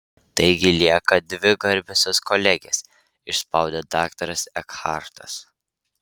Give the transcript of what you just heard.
taigi lieka dvi garbiosios kolegės išspaudė daktaras ekhartas